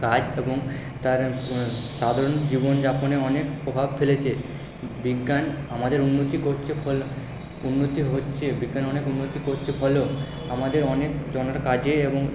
কাজ এবং তার সাধারণ জীবনযাপনে অনেক প্রভাব ফেলেছে বিজ্ঞান আমাদের উন্নতি করছে উন্নতি হচ্ছে বিজ্ঞান অনেক উন্নতি করছে আমাদের অনেকজননের কাজে এবং